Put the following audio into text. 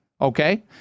Okay